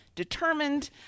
determined